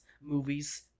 movies